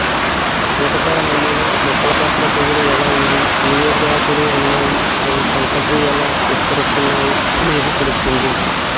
కీటకాల నమూనా మొక్కలపట్ల తెగులు ఎలా ఉంది, ఏఏ జాతులు ఉన్నాయి, అవి పంటకు ఎలా విస్తరిస్తున్నయి అనేది తెలుపుతుంది